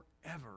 forever